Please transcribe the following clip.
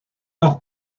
auch